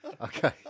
Okay